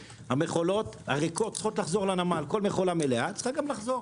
המכולות הריקות צריכות לחזור לנמל כל מכולה מלאה צריכה לחזור